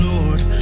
Lord